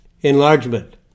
enlargement